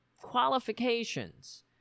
qualifications